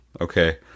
okay